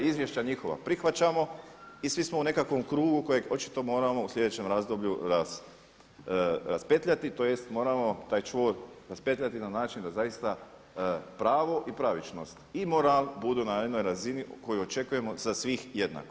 Izvješća njihova prihvaćamo i svi smo u nekakvom krugu kojeg očito moramo u slijedećem razdoblju raspetljati tj. moramo taj čvor raspetljati na način da zaista pravo i pravičnost i moral budu na jednoj razini koju očekujemo za svih jednako.